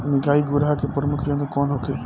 निकाई गुराई के प्रमुख यंत्र कौन होखे?